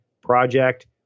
project